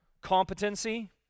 Competency